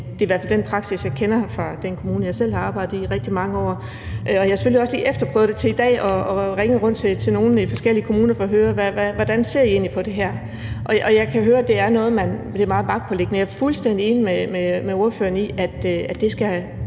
Det er i hvert fald den praksis, jeg kender fra den kommune, jeg selv har arbejdet i i rigtig mange år. Jeg har selvfølgelig også lige efterprøvet det til i dag og har ringet rundt til nogle forskellige kommuner for at høre, hvordan de ser på det her, og jeg kan høre, at det er noget, der er dem meget magtpåliggende. Jeg er fuldstændig enig med ordføreren i, at man